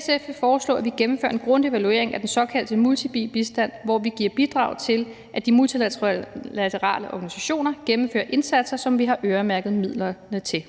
SF vil foreslå, at vi gennemfører en grundig evaluering af den såkaldte multi-bi-bistand, hvor vi giver bidrag til, at de multilaterale organisationer gennemfører indsatser, som vi har øremærket midlerne til.